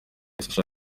yahise